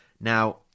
Now